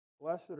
Blessed